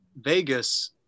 Vegas